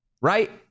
right